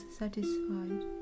satisfied